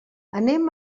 anem